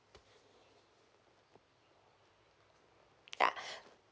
ya